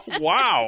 Wow